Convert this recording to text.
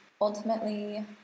ultimately